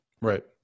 Right